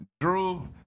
Drew